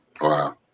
Wow